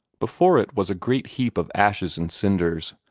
before it was a great heap of ashes and cinders,